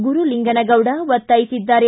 ಗುರುಲಿಂಗನಗೌಡ ಒತ್ತಾಯಿಸಿದ್ದಾರೆ